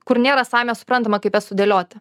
kur nėra savaime suprantama kaip jas sudėlioti